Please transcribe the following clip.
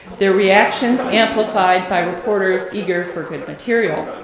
their reactions amplified by reporters eager for good material.